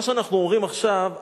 מה שאנחנו אומרים עכשיו,